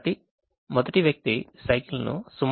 కాబట్టి మొదటి వ్యక్తి సైకిల్ ను సుమారు 2